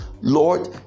Lord